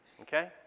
Okay